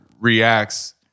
reacts